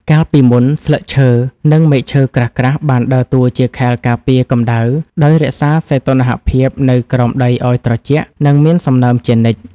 កាលពីមុន ស្លឹកឈើ និងមែកឈើក្រាស់ៗបានដើរតួជាខែលការពារកម្ដៅ ដោយរក្សាសីតុណ្ហភាពនៅក្រោមដីឱ្យត្រជាក់ និងមានសំណើមជានិច្ច។